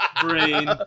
brain